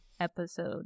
episode